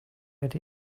get